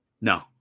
No